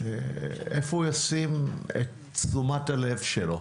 איפה הוא ישים את תשומת הלב שלו,